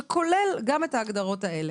שכולל גם את ההגדרות האלה.